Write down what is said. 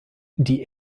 die